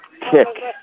kick